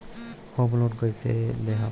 Home loan कैसे लेहम?